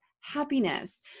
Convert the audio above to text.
happiness